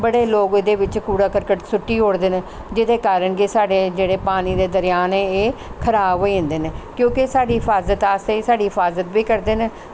बड़े लोक एह्दे बिच्च कूड़ा करकट सुट्टी ओड़दे न जेह्दे कारन कि साढ़े जेह्ड़े पानी दे दरिया न एह् खराब होई जंदे न क्योंकि एह् साढ़ी अफाजत आस्तै एह् अफाजत बी करदे न